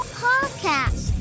podcast